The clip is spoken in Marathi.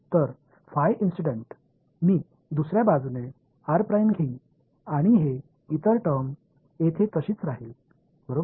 तर फाई इंसीडन्ट मी दुसर्या बाजूने घेईन आणि हे इतर टर्म येथे तशीच राहील बरोबर